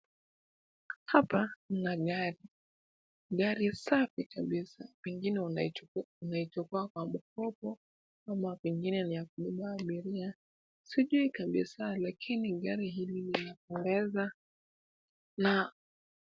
Hapa kuna gari. Gari safi kabisa pengine unaichukua kwa mkopo ama pengine ni ya kubeba abiria. Sijui kabisa lakini gari hili ni la kuweza kubeba watu.